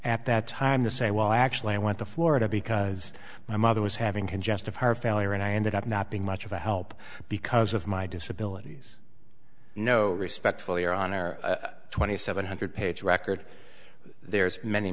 at that time to say well actually i went to florida because my mother was having congestive heart failure and i ended up not being much of a help because of my disability no respect for your honor twenty seven hundred page record there's many